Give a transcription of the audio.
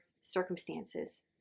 circumstances